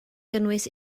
gynnwys